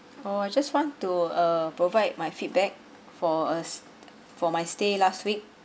oh just want to uh provide my feedback for a s~ for my stay last week